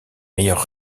meilleurs